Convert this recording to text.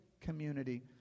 community